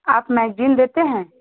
आप मैगजीन देते हैं